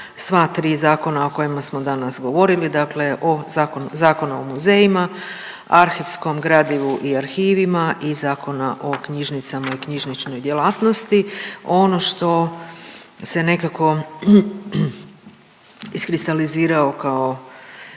sva tri zakona o kojima smo danas govorili, dakle o Zakonu o muzejima, arhivskom gradivu i arhivima i Zakona o knjižnicama i knjižničnoj djelatnosti. Ono što se nekako iskristalizirao kao